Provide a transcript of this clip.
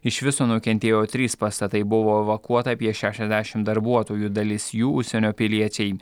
iš viso nukentėjo trys pastatai buvo evakuota apie šešiasdešimt darbuotojų dalis jų užsienio piliečiai